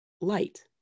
light